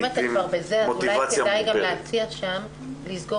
אם אתה כבר בזה אז אולי כדאי להציע שם לסגור